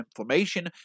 inflammation